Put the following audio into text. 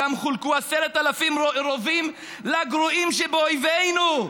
גם חולקו 10,000 רובים לגרועים שבאויבינו,